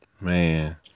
man